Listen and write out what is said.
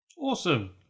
Awesome